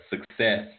success